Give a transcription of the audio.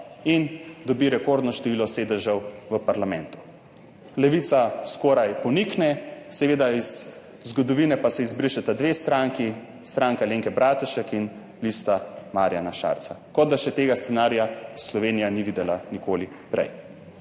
in dobi rekordno število sedežev v parlamentu. Levica skoraj ponikne, seveda, iz zgodovine pa se izbrišeta dve stranki, Stranka Alenke Bratušek in Lista Marjana Šarca, kot da še tega scenarija Slovenija ni videla nikoli prej.